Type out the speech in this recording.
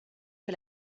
que